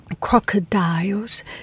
crocodiles